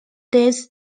this